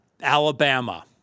Alabama